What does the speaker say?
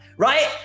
right